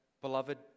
beloved